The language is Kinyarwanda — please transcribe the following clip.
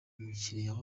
umukiriya